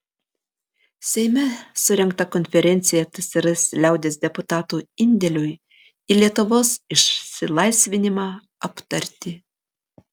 seime surengta konferencija tsrs liaudies deputatų indėliui į lietuvos išsilaisvinimą aptarti